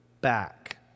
back